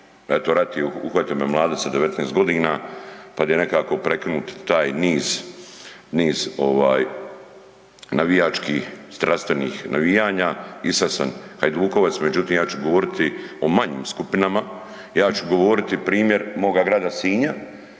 eto rat je uhvatio me mladog sa 19 g. kad je nekako prekinut taj niz navijačkih strastvenih navijanja, i sad sam Hajdukovac međutim ja ću govoriti o manjim skupinama, ja ću govoriti primjer moga grad Sinja